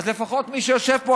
אז לפחות מי שיושב פה,